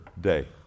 day